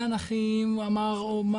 נחנחים או מה.